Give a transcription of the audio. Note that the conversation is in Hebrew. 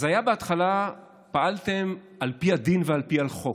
אז בהתחלה פעלתם על פי הדין ועל פי על החוק: